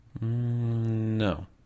No